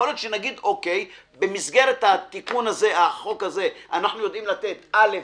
יכול להיות שנגיד שבמסגרת תיקון החוק הזה אנחנו יודעים לתת א',